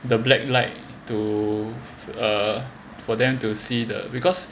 the black light to or for them to see the because